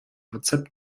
rezept